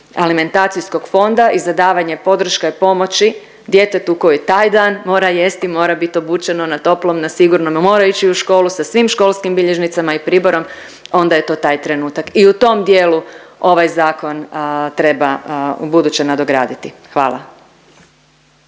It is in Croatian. alimentacijskog fonda i za davanje podrške pomoći djetetu koji taj dan mora jesti, mora bit obučeno, na toplom na sigurnom, mora ići u školu sa svim školskim bilježnicama i priborom, onda je to taj trenutak i u tom dijelu ovaj zakon treba ubuduće nadograditi. Hvala.